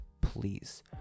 please